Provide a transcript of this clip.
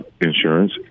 insurance